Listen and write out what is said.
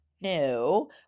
no